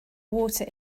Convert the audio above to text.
water